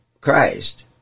Christ